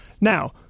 Now